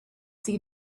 see